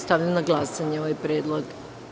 Stavljam na glasanje ovaj predlog.